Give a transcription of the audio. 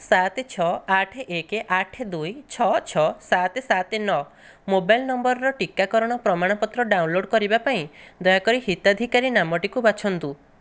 ସାତ ଛଅ ଆଠ ଏକ ଆଠ ଦୁଇ ଛଅ ଛଅ ସାତ ସାତ ନଅ ମୋବାଇଲ୍ ନମ୍ବରର ଟିକାକରଣ ପ୍ରମାଣପତ୍ର ଡାଉନଲୋଡ଼୍ କରିବା ପାଇଁ ଦୟାକରି ହିତାଧିକାରୀ ନାମଟିକୁ ବାଛନ୍ତୁ